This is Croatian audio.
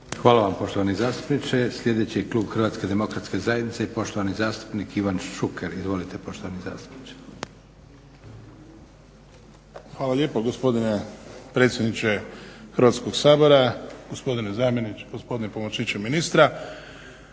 Hvala vam poštovani zastupniče. Sljedeći je klub HDZ-a i poštovani zastupnik Ivan Šuker. Izvolite poštovani zastupniče. **Šuker, Ivan (HDZ)** Hvala lijepa gospodine predsjedniče Hrvatskog sabora, gospodine zamjeniče, gospodine pomoćniku ministra.